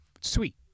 sweet